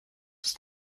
ist